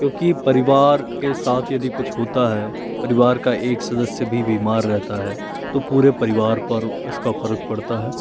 क्योंकि परिवार के साथ यदि कुछ होता है परिवार का एक सदस्य भी बीमार रहता है तो पूरे परिवार पर इसका फ़र्क पड़ता है